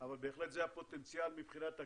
אבל בהחלט זה הפוטנציאל מבחינת הקרן,